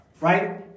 right